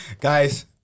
Guys